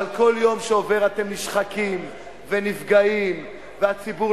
אבל כל יום שעובר אתם נשחקים ונפגעים והציבור